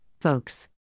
folks